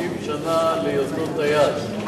50 שנה להיותו טייס,